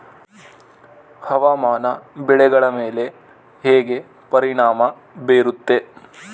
ಹವಾಮಾನ ಬೆಳೆಗಳ ಮೇಲೆ ಹೇಗೆ ಪರಿಣಾಮ ಬೇರುತ್ತೆ?